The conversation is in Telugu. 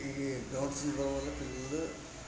ఈ గ్రౌండ్స్ ఉండడం వల్ల పిల్లలు